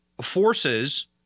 forces